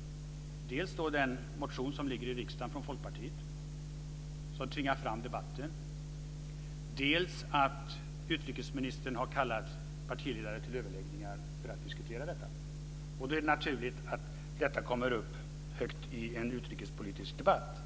- dels den motion som ligger i riksdagen från Folkpartiet och som har tvingat fram debatten, dels att utrikesministern har kallat partiledare till överläggningar för att diskutera detta. Då är det naturligt att detta kommer högt upp i en utrikespolitisk debatt.